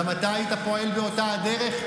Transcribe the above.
גם אתה היית פועל באותה הדרך?